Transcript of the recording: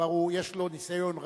כבר יש לו ניסיון רב.